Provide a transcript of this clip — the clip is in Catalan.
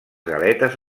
galetes